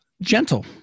gentle